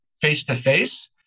face-to-face